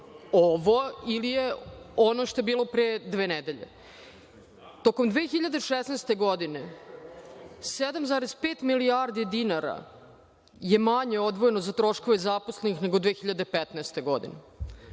ovo ili je ono što je bilo pre dve nedelje. Tokom 2016. godine, 7,5 milijardi dinara je manje odvojeno za troškove zaposlenih nego 2015. godine.